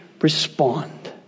respond